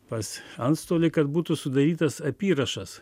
pas antstolį kad būtų sudarytas apyrašas